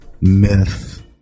Myth